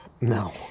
No